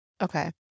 Okay